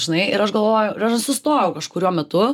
žinai ir aš galvoju ir aš sustojau kažkuriuo metu